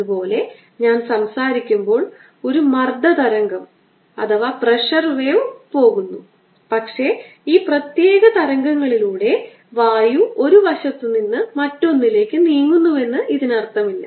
അതുപോലെ ഞാൻ സംസാരിക്കുമ്പോൾ ഒരു മർദ്ദ തരംഗം പോകുന്നു പക്ഷേ ഈ പ്രത്യേക തരംഗത്തിലൂടെ വായു ഒരു വശത്ത് നിന്ന് മറ്റൊന്നിലേക്ക് നീങ്ങുന്നുവെന്ന് ഇതിനർത്ഥമില്ല